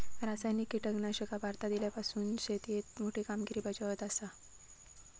रासायनिक कीटकनाशका भारतात इल्यापासून शेतीएत मोठी कामगिरी बजावत आसा